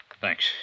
Thanks